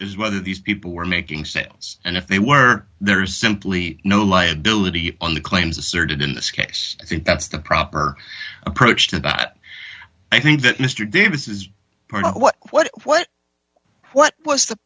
is whether these people were making sense and if they were there is simply no liability on the claims asserted in this case i think that's the proper approach to that i think that mr davis is part of what what what what was the